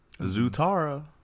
Zutara